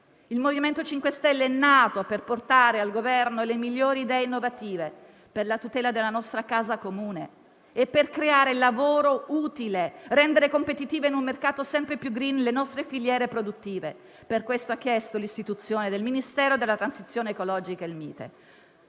Il MoVimento 5 Stelle è nato per portare al Governo le migliori idee innovative per la tutela della nostra casa comune e per creare lavoro utile e rendere competitivi in un mercato sempre più *green* le nostre filiere produttive. Per questo ha chiesto l'istituzione del Ministero per la transizione ecologica (MiTE).